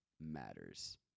matters